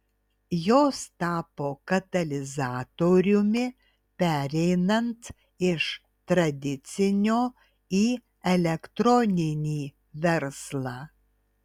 jos tapo katalizatoriumi pereinant iš tradicinio į elektroninį verslą